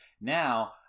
now